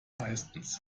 meistens